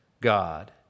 God